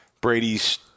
Brady's